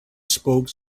spoke